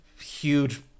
huge